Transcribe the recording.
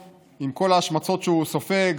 עם כל ההשמצות שהוא סופג,